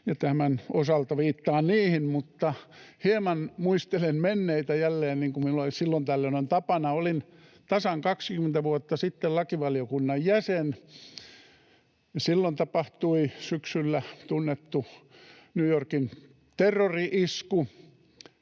tämän osalta viittaan niihin. Hieman muistelen menneitä jälleen, niin kuin minulla silloin tällöin on tapana. Olin tasan 20 vuotta sitten lakivaliokunnan jäsen. Silloin tapahtui syksyllä tunnettu New Yorkin terrori-isku,